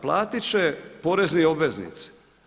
Platit će porezni obveznici.